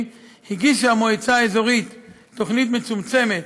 הגישה המועצה האזורית תוכנית מצומצמת,